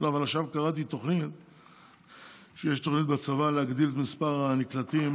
אבל עכשיו קראתי שיש בצבא תוכנית להגדיל את מספר הנקלטים